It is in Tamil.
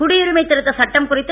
குடியுரிமை திருத்த சட்டம் குறித்து